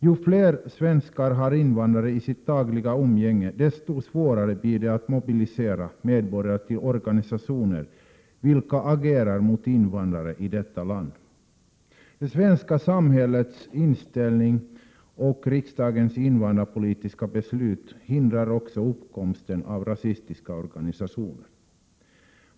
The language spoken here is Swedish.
Ju fler svenskar som har dagligt umgänge med invandrare, desto svårare blir det att mobilisera medborgare till organisationer som agerar mot invandrare i detta land. Det svenska samhällets inställning och riksdagens invandrarpolitiska beslut förhindrar också uppkomsten av rasistiska organisationer.